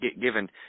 given